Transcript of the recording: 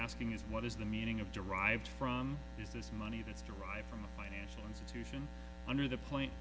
asking is what is the meaning of derived from is this money that's derived from a financial institution under the point